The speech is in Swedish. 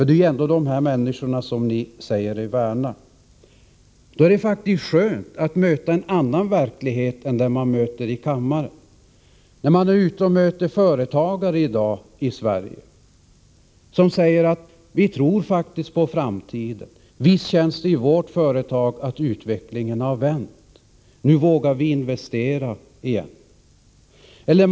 Det är ju ändå dessa människor som ni säger er värna om. Då är det faktiskt skönt att möta en annan verklighet än den som man möter i kammaren. När man är ute och besöker företagare, får man höra: Vi tror faktiskt på framtiden. Visst känns det i vårt företag att utvecklingen har vänt. Nu vågar vi åter investera.